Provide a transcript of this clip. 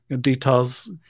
details